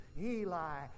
Eli